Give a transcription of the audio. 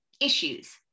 issues